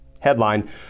Headline